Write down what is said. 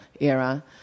era